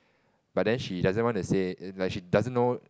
but then she doesn't want to say like she doesn't know